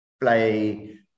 play